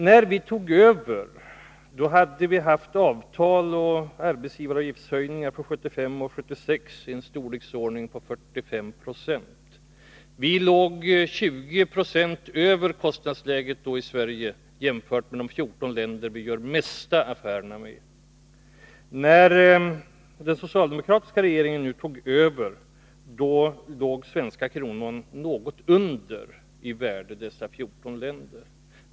När vi tog över, hade vi haft kostnadsökningar genom avtal och arbetsavgiftshöjningar för 1975 och 1976 i storleksordningen 45 90. Vi låg i Sverige 20 90 över i fråga om kostnadsläge jämfört med de 14 länder som vi gör mest affärer med. När den socialdemokratiska regeringen tog över, låg den svenska kronans värde något under i förhållande till penningvärdet i dessa 14 länder.